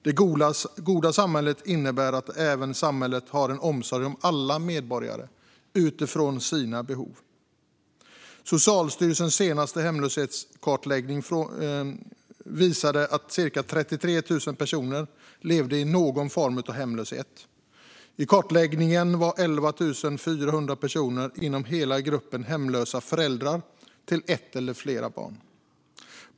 Det goda samhället innebär även att samhället har en omsorg om alla medborgare utifrån deras behov. Socialstyrelsens senaste hemlöshetskartläggning visade att cirka 33 000 personer levde i någon form av hemlöshet. Enligt kartläggningen var 11 400 personer inom hela gruppen hemlösa föräldrar till ett eller flera barn.